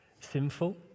sinful